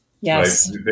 Yes